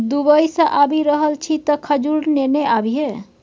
Dubai सँ आबि रहल छी तँ खजूर नेने आबिहे